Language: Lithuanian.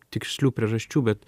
tikslių priežasčių bet